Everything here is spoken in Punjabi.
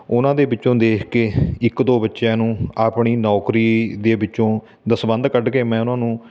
ਉਹਨਾਂ ਦੇ ਵਿੱਚੋਂ ਦੇਖ ਕੇ ਇੱਕ ਦੋ ਬੱਚਿਆਂ ਨੂੰ ਆਪਣੀ ਨੌਕਰੀ ਦੇ ਵਿੱਚੋਂ ਦਸਵੰਧ ਕੱਢ ਕੇ ਮੈਂ ਉਹਨਾਂ ਨੂੰ